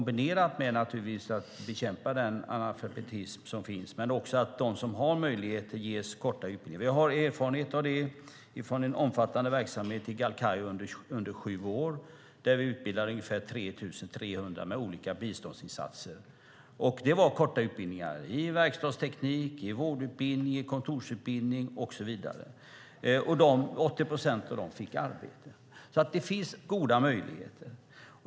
Det ska naturligtvis ske kombinerat med bekämpning av den analfabetism som finns, men de som har möjlighet ska ges korta utbildningar. Vi har erfarenhet av detta från en omfattande verksamhet i Galkayo under sju år, där vi utbildade ungefär 3 300 med hjälp av olika biståndsinsatser. Det var korta utbildningar - utbildningar i verkstadsteknik, vårdutbildningar, kontorsutbildningar och så vidare. 80 procent av deltagarna fick arbete. Det finns alltså goda möjligheter.